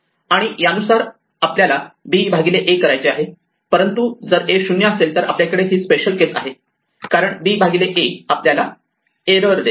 आणि यानुसार आपल्याला b a करायचे आहे परंतु जर a 0 असेल तर आपल्याकडे ही स्पेशल केस आहे कारण b a आपल्याला एरर देते